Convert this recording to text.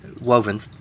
woven